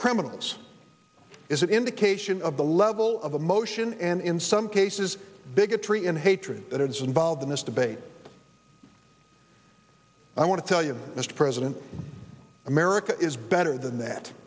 criminals is an indication of the level of emotion and in some cases bigotry and hatred dogs involved in this debate i want to tell you mr president america is better than that